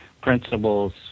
principles